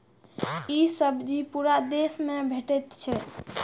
ई सब्जी पूरा देश मे भेटै छै